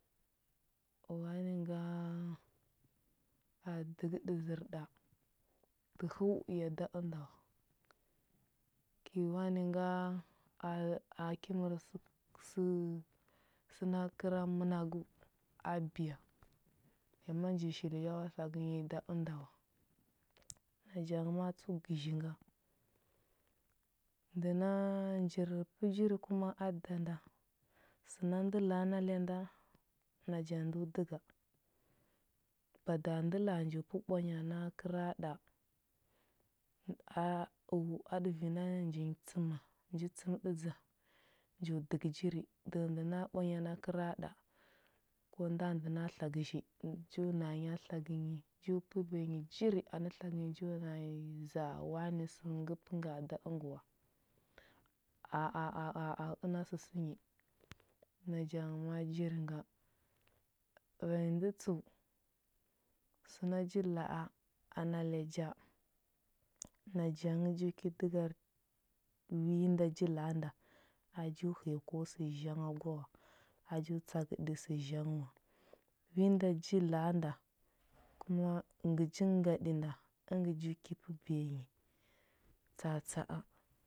Wani nga a dəgəɗə zər ɗa, dəhəu ya da ənda wa. Kəi wani nga a ki mər sə sə səna kəra mənagəu a biya, ya ma nji shil yawa tlagə nyi da ənda wa. Naja ngə a tsəu gəzhi nga. Ndə na njir pə jiri kuma a da nda, səna ndə laa na lya nda naja ndu dəga. Bada ndə laa nji pə ɓwanya na kəra ɗa, u a ɗə vi na nji tsəma nji tsəmɗədza nju dəgə jiri, dəhə ndə ɓwanya na kəra ɗa, ko nda ndə na tla gəzhi, nju na nya tlagə nyi, nju pəbiya nyi jiri tlagə nju na nyi zah wani sə ngə gə pə nga da əngə wa. A a a a a əna səsə nyi, naja ngə ma a jiri nga. Vanyi ndə tsəu, səna ji la a ana lya ja naja ngə nju ki dəgar wi nda ji la a nda. a ju həya ko sə zhang a gwa wa, a ju tsagəɗə sə zhang wa, wi nda ji la a nda kuma ngə ngaɗə nda, əngə ju ki pəbiya nyi tsa atsa a.